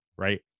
right